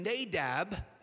Nadab